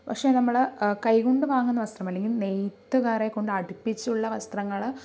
പക്ഷെ നമ്മൾ കൈകൊണ്ട് വാങ്ങുന്ന വസ്ത്രം അല്ലെങ്കിൽ നെയ്ത്ത്ക്കാരെകൊണ്ട് അടിപ്പിച്ചുള്ള വസ്ത്രങ്ങള്